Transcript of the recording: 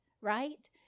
right